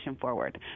forward